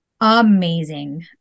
Amazing